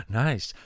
nice